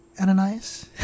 Ananias